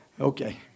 Okay